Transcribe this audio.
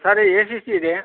sorry A C C ಇದೆ